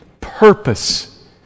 purpose